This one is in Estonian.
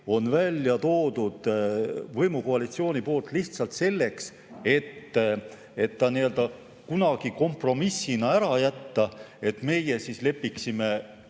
on välja toodud võimukoalitsiooni poolt lihtsalt selleks, et see kunagi kompromissina ära jätta, et meie siis lepiksime